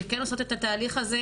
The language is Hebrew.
שכן עושות את התהליך הזה,